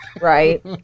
right